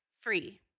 free